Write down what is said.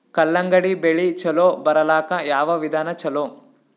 ಕಲ್ಲಂಗಡಿ ಬೆಳಿ ಚಲೋ ಬರಲಾಕ ಯಾವ ವಿಧಾನ ಚಲೋ?